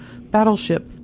battleship